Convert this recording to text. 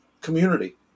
community